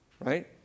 right